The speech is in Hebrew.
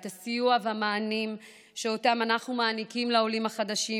את הסיוע והמענים שאנחנו מעניקים לעולים החדשים,